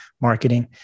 marketing